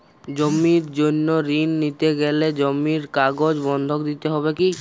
জমির জন্য ঋন নিতে গেলে জমির কাগজ বন্ধক দিতে হবে কি?